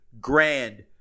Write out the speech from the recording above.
grand